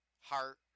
heart